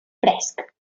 fresc